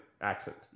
accent